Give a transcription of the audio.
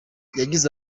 yagize